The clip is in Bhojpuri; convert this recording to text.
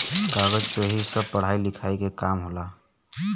कागज पे ही सब पढ़ाई लिखाई के काम होला